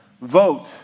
vote